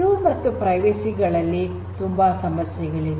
ಭದ್ರತೆ ಮತ್ತು ಗೌಪ್ಯತೆಗಳಲ್ಲಿ ತುಂಬಾ ಸಮಸ್ಯೆಗಳಿವೆ